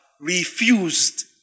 refused